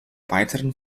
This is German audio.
weiteren